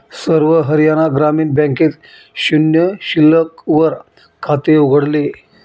सर्व हरियाणा ग्रामीण बँकेत शून्य शिल्लक वर खाते उघडले